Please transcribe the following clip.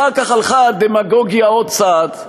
אחר כך הלכה הדמגוגיה עוד צעד,